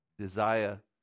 desire